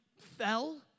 fell